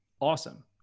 awesome